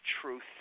truth